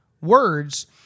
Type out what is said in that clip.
words